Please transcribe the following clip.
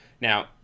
Now